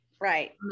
Right